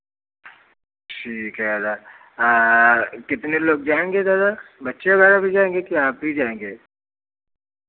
ठीक है दादा कितने लोग जाएँगे दादा बच्चे वगैरह भी जाएँगे कि आप ही जाएँगे